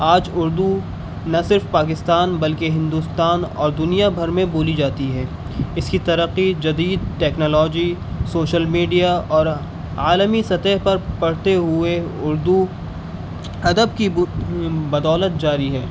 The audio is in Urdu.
آج اردو نہ صرف پاکستان بلکہ ہندوستان اور دنیا بھر میں بولی جاتی ہے اس کی ترقی جدید ٹکنالوجی سوشل میڈیا اور عالمی سطح پر بڑھتے ہوئے اردو ادب کی بدولت جاری ہے